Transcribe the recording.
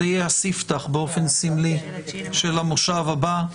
זה יהיה הסיפתח באופן סמלי של המושב הבא.